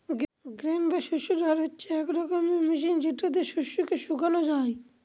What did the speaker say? grain বা শস্য dryer হচ্ছে এক রকমের মেশিন যেটা দিয়ে শস্যকে শুকানো যায়